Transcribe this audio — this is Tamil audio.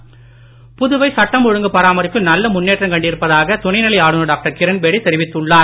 துணை நிலை ஆளுநர் புதுவை சட்டம் ஒழுங்கு பராமரிப்பில் நல்ல முன்னேற்றம் கண்டிருப்பதாக துணை நிலை ஆளுநர் டாக்டர் கிரண்பேடி தெரிவித்துள்ளார்